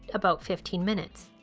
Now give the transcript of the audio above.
about fifteen minutes.